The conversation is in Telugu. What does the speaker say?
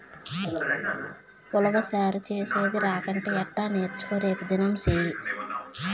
ఉలవచారు చేసేది రాకంటే ఎట్టా నేర్చుకో రేపుదినం సెయ్యి